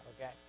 Okay